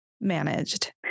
managed